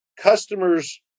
customers